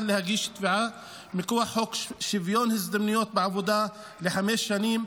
להגיש תביעה מכוח חוק שוויון הזדמנויות בעבודה לחמש שנים,